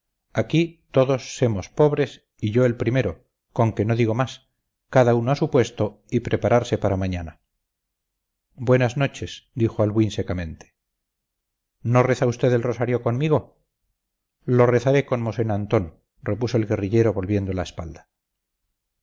aquí todos semos pobres y yo el primero con que no digo más cada uno a su puesto y prepararse para mañana buenas noches dijo albuín secamente no reza usted el rosario conmigo lo rezaré con mosén antón repuso el guerrillero volviendo la espalda